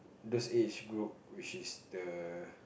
those age group which is the